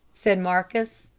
said marcus.